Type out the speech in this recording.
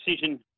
decision